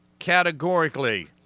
Categorically